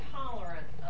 tolerant